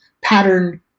pattern